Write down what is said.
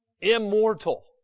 Immortal